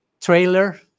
trailer